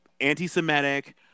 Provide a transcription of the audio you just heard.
anti-Semitic